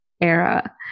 era